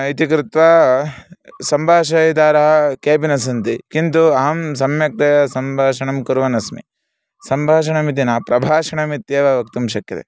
इति कृत्वा सम्भाषयितारः न सन्ति किन्तु अहं सम्यक्तया सम्भाषणं कुर्वनस्मि सम्भाषणमिति न प्रभाषणमित्येव वक्तुं शक्यते